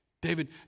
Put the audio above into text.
David